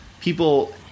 people